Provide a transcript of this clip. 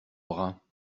bruns